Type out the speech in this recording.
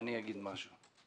אני אגיד משהו.